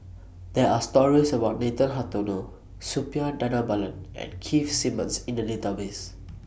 There Are stories about Nathan Hartono Suppiah Dhanabalan and Keith Simmons in The Database